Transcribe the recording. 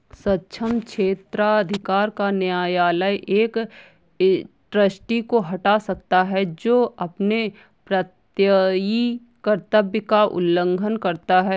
सक्षम क्षेत्राधिकार का न्यायालय एक ट्रस्टी को हटा सकता है जो अपने प्रत्ययी कर्तव्य का उल्लंघन करता है